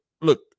look